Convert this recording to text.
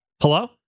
hello